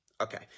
Okay